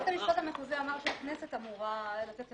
בית המשפט המחוזי אמר שהכנסת אמורה לתת-